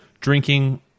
Drinking